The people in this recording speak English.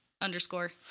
Underscore